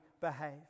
behave